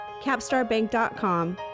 capstarbank.com